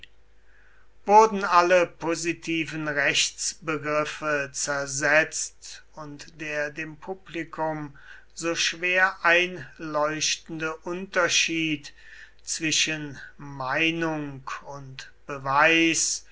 wurden alle positiven rechtsbegriffe zersetzt und der dem publikum so schwer einleuchtende unterschied zwischen meinung und beweis